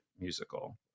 musical